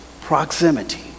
proximity